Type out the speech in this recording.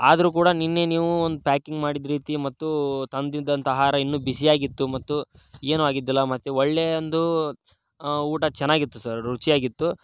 ಆದರೂ ಕೂಡ ನಿನ್ನೆ ನೀವು ಒಂದು ಪ್ಯಾಕಿಂಗ್ ಮಾಡಿದ ರೀತಿ ಮತ್ತೂ ತಂದಿದ್ದಂಥ ಆಹಾರ ಇನ್ನೂ ಬಿಸಿಯಾಗಿತ್ತು ಮತ್ತು ಏನು ಆಗಿದ್ದಿಲ್ಲ ಮತ್ತೆ ಒಳ್ಳೆ ಅಂದೂ ಊಟ ಚೆನ್ನಾಗಿತ್ತು ಸರ್ ರುಚಿಯಾಗಿತ್ತು